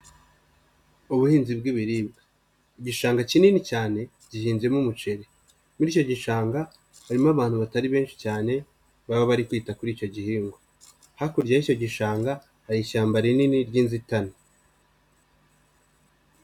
Ubuhinzi bw'ibiribwa igishanga kinini cyane gihinzemo umuceri ,muri icyo gishanga harimo abantu batari benshi cyane baba bari kwita kuri icyo gihingwa. Hakurya y'icyo gishanga hari ishyamba rinini ry'inzitane.